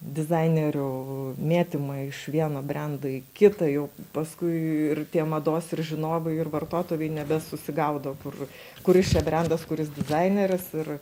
dizainerių mėtymą iš vieno brendo į kitą jau paskui ir tie mados ir žinovai ir vartotojai nebesusigaudo kur kuris čia brendas kuris dizaineris ir